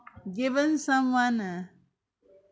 given someone ah